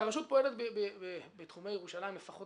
הרי הרשות פועלת בתחומי ירושלים לפחות